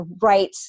right